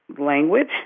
language